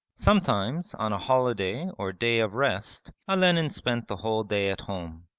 sometimes on a holiday or day of rest olenin spent the whole day at home.